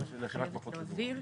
אני חייבת להבהיר,